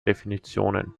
definitionen